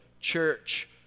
church